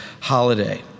holiday